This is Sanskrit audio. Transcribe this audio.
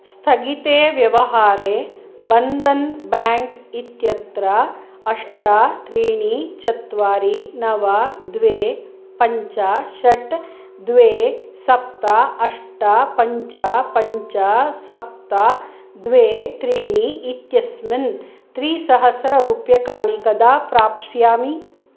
स्थगिते व्यवहारे बन्दन् बेङ्क् इत्यत्र अष्ट त्रीणि चत्वारि नव द्वे पञ्च षट् द्वे सप्त अष्ट पञ्च पञ्च सप्त द्वे त्रीणि इत्यस्मिन् त्रिसहस्ररूप्यकाणि कदा प्राप्स्यामि